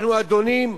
אנחנו אדונים?